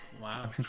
Wow